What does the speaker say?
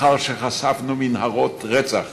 לאחר שחשפנו מנהרות רצח